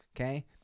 Okay